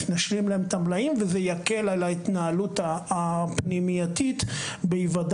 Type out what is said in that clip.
נשלים להם את המלאים וזה יקל על ההתנהלות הפנימייתית בהיוודע